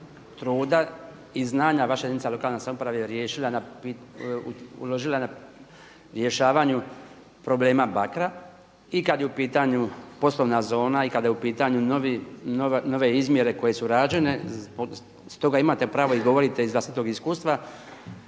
truda i znanja vaša jedinica lokalne samouprave riješila, uložila na rješavanju problema Bakra i kad je u pitanju poslovna zona i kada je u pitanju nove izmjere koje su rađene. Stoga imate pravo i govorite iz vlastitog iskustva.